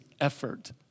effort